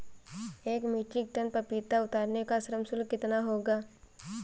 एक metric ton पपीता उतारने का श्रम शुल्क कितना होगा?